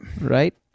Right